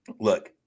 look